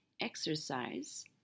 exercise